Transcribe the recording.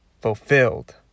fulfilled